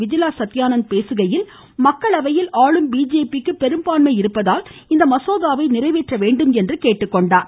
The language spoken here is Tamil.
விஜிலா பேசுகையில் மக்களவையில் ஆளும் பிஜேபிக்கு பெரும்பான்மை இருப்பதால் இந்த மசோதாவை நிறைவேற்ற வேண்டும் என கேட்டுக்கொண்டார்